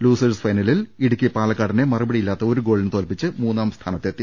losers ഫൈനലിൽ ഇടുക്കി പാലക്കാടിനെ മറുപടിയി ല്ലാത്ത ഒരു ഗോളിന് തോൽപ്പിച്ച് മൂന്നാംസ്ഥാനത്തെത്തി